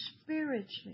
spiritually